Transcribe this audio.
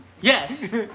Yes